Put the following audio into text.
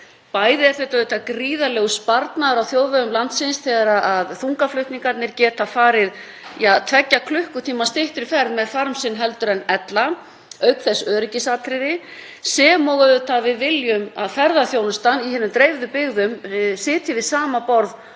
Bæði er það auðvitað gríðarlegur sparnaður á þjóðvegum landsins þegar þungaflutningarnir geta farið tveggja klukkutíma styttri ferð með farm sinn en ella, auk þess öryggisatriði, sem og auðvitað að við viljum að ferðaþjónustan í hinum dreifðu byggðum sitji við sama borð